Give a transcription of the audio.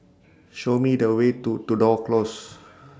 Show Me The Way to Tudor Close